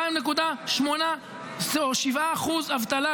2.8 או 2.7 אחוזי אבטלה.